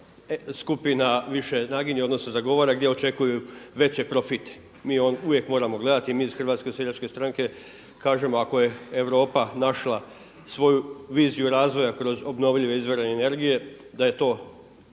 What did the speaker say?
skupina više naginje odnosno zagovara gdje očekuju veće profite. Mi uvijek moramo gledati i mi iz HSS-a kažemo ako je Europa našla svoju viziju razvoja kroz obnovljive izvore energije da je to